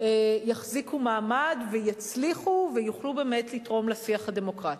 יחזיקו מעמד ויצליחו ויוכלו באמת לתרום לשיח הדמוקרטי.